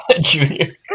Junior